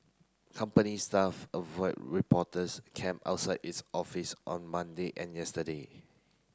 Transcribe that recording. company staff avoid reporters camp outside its office on Monday and yesterday